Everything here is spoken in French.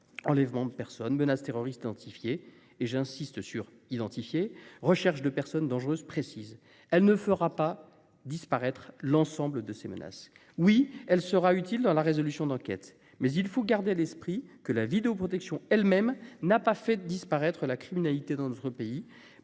enlèvements de personnes, menace terroriste identifiée - j'insiste sur le terme « identifiée »-, recherche de personnes dangereuses précises. Elle ne fera pas disparaître l'ensemble des menaces. Certes, elle sera utile dans la résolution d'enquêtes, mais il faut garder à l'esprit que la vidéoprotection elle-même n'a pas fait disparaître la criminalité dans notre pays.